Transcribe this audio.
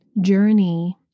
journey